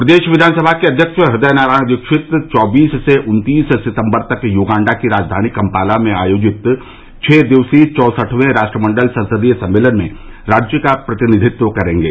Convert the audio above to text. प्रदेश विधानसभा के अध्यक्ष हदय नारायण दीक्षित चौबीस से उन्तीस सितम्बर तक युगांडा की राजधानी कंपाला में आयोजित छ दिवसीय चौंसठवें राष्ट्रमंडल संसदीय सम्मेलन में राज्य का प्रतिनिधित्व करेंगे